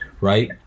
right